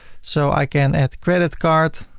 so i can add credit card,